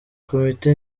komite